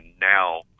now